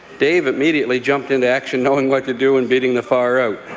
dave immediately jumped into action, knowing what to do, and beating the fire out.